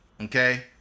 Okay